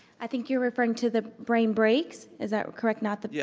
i think you're referring to the brain breaks, is that correct, not the yeah.